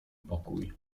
pokój